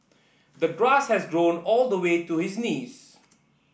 the grass had grown all the way to his knees